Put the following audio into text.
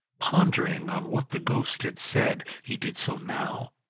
pondering on what the ghost had said, he did so now,